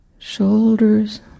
Shoulders